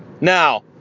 Now